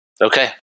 Okay